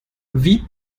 wie